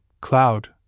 cloud